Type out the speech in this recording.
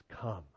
come